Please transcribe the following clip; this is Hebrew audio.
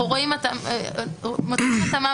מוצאים התאמה,